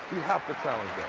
we have to challenge